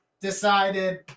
decided